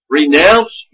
renounce